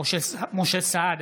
משה סעדה,